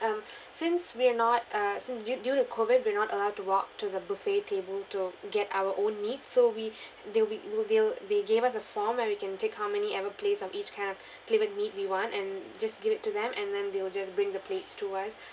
um since we're not uh since due due to COVID we're not allowed to walk to the buffet table to get our own needs so we they'll be well they'll they gave us a form where we can tick how many ever place on each kind of flavour meat we want and just give it to them and then they will just bring the plates to us